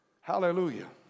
Hallelujah